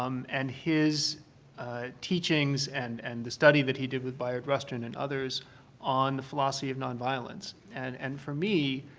um and his teachings and and the study that he did with bayard rustin and others on the philosophy of nonviolence. and and for me,